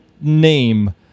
name